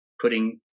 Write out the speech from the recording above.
putting